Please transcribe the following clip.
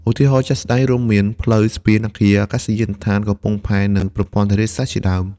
ឧទាហរណ៍ជាក់ស្ដែងរួមមាន ផ្លូវ ស្ពាន អគារ អាកាសយានដ្ឋាន កំពង់ផែ និងប្រព័ន្ធធារាសាស្ត្រ ជាដើម។